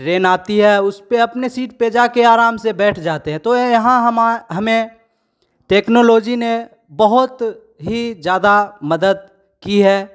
train आती है उसपे अपने सीट पे जाके आराम से बैठ जाते हैं तो ए यहाँ हमा हमें टेक्नोलॉजी ने बहुत ही ज़्यादा मदद की है